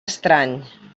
estrany